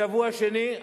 שבוע שני,